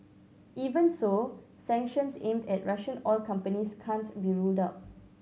even so sanctions aimed at Russian oil companies can't be ruled out